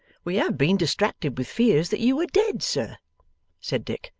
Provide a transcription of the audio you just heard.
we have been distracted with fears that you were dead, sir said dick,